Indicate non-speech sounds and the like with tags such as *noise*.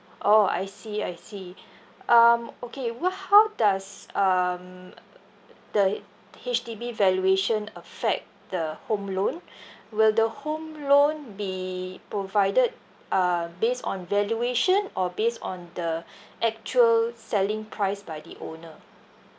orh I see I see um okay wha~ how does um *noise* the H_D_B valuation affect the home loan will the home loan be provided uh based on valuation or based on the actual selling price by the owner